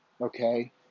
okay